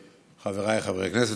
חבריי חברי הכנסת,